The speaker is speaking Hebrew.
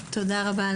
תודה רבה.